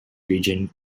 region